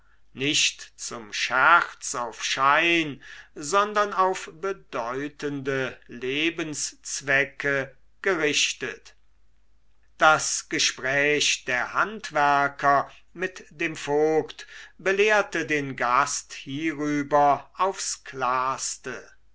nicht zum scherz auf schein sondern auf bedeutende lebenszwecke gerichtet das gespräch der handwerker mit dem vogt belehrte den gast hierüber aufs klarste